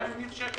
גם עם- -- גם